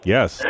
Yes